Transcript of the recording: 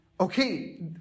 okay